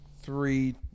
Three